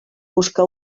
busca